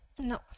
No